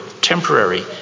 temporary